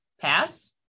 pass